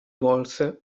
volse